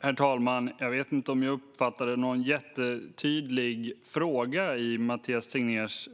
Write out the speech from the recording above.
Herr talman! Jag vet inte om jag uppfattade någon jättetydlig fråga i Mathias Tegnérs